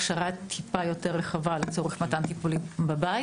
הכשרה טיפה יותר רחבה לצורך מתן טיפולים בבית.